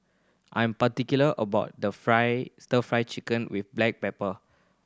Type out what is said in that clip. I am particular about the fry Stir Fry Chicken with black pepper